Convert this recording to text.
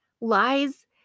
Lies